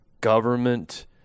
government